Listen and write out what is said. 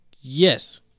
yes